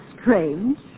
strange